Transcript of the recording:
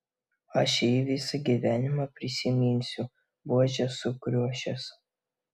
aš jį visą gyvenimą prisiminsiu buožė sukriošęs